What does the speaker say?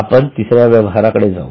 आता तिसऱ्या व्यवहाराकडे जाऊ